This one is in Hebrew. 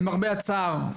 למרבה הצער,